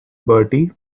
bertie